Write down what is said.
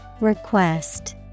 Request